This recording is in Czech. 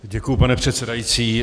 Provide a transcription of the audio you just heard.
Děkuji, pane předsedající.